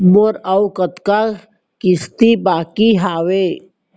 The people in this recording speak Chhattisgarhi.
मोर अऊ कतका किसती बाकी हवय?